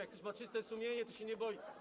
Jak ktoś ma czyste sumienie, to się nie boi.